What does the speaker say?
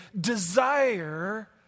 desire